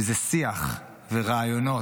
שזה שיח ורעיונות,